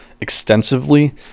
extensively